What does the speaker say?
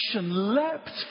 leapt